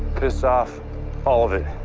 pissed off all of it.